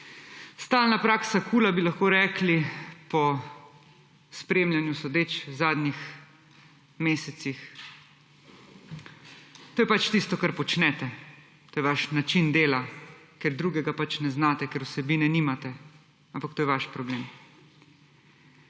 Stalna praksa KUL-a, bi lahko rekli, po spremljanju sodeč v zadnjih mesecih. To je pač tisto, kar počnete. To je vaš način dela, ker drugega pač ne znate, ker vsebine nimate, ampak to je vaš problem.